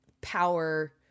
power